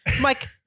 Mike